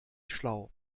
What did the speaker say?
schlau